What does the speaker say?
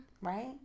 Right